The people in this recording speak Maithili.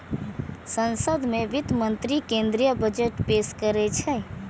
संसद मे वित्त मंत्री केंद्रीय बजट पेश करै छै